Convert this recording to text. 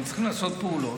צריך לעשות פעולות.